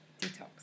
Detox